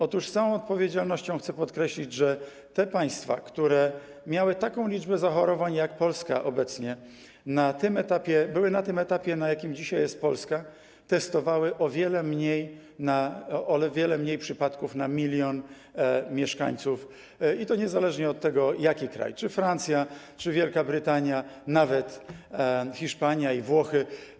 Otóż z całą odpowiedzialnością chcę podkreślić, że te państwa, które miały taką liczbę zachorowań jak Polska obecnie, były na tym etapie, na jakim dzisiaj jest Polska, testowały o wiele mniej przypadków na 1 mln mieszkańców, i to niezależnie od tego, jaki to był kraj, czy Francja, czy Wielka Brytania, czy nawet Hiszpania i Włochy.